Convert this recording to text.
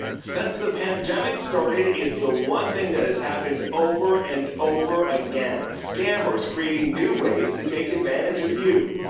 since the pandemic started, it's the one thing that has happened over and over again scammers creating new ways to take advantage of you.